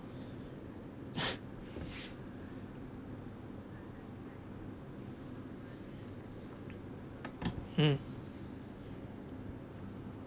mm